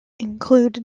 include